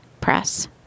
Press